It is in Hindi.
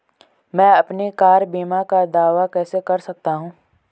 मैं अपनी कार बीमा का दावा कैसे कर सकता हूं?